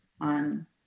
on